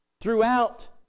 throughout